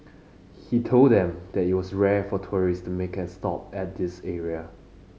he told them that it was rare for tourist to make a stop at this area